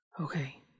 Okay